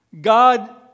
God